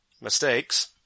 mistakes